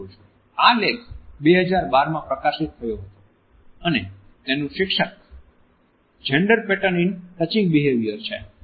આ લેખ 2012 માં પ્રકાશિત થયો હતો અને તેનું શીર્ષક 'gender pattern in touching behaviour' છે